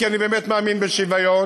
כי אני באמת מאמין בשוויון.